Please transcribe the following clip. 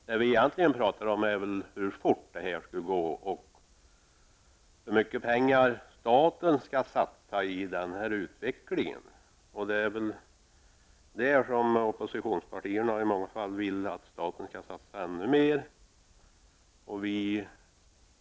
Vad vi egentligen talar om är hur fort det skall gå och hur mycket pengar staten skall satsa på utvecklingen. Oppositionspartierna vill i många fall att staten skall satsa ännu mera.